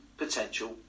potential